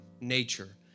nature